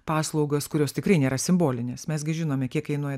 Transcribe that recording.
paslaugas kurios tikrai nėra simbolinės mes gi žinome kiek kainuoja